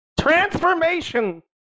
transformation